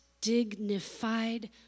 dignified